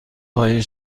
های